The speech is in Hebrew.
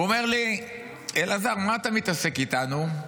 הוא אמר לי: אלעזר, מה אתה מתעסק איתנו?